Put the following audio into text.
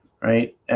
right